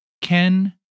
Ken